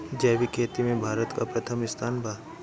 जैविक खेती में भारत का प्रथम स्थान बा